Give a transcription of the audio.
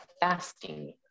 fasting